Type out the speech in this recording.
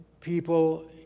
people